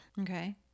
Okay